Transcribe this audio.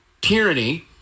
tyranny